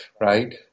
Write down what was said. right